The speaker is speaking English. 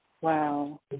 Wow